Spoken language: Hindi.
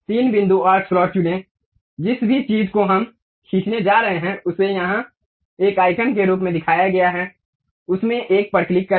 तीन बिंदु आर्क स्लॉट चुनें जिस भी चीज़ को हम खींचने जा रहे हैं उसे यहाँ एक आइकन के रूप में दिखाया गया है उसमें एक पर क्लिक करें